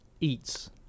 eats